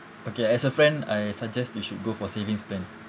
okay as a friend I suggest you should go for savings plan